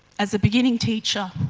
as a beginning teacher?